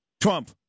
Trump